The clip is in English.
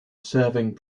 serving